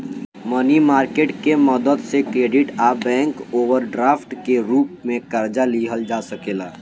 मनी market के मदद से क्रेडिट आ बैंक ओवरड्राफ्ट के रूप में कर्जा लिहल जा सकेला